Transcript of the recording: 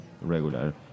regular